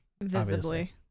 Visibly